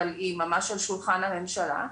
אבל היא ממש על שולחן הממשלה,